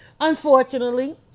Unfortunately